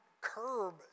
curb